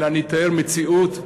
אלא אני אתאר מציאות,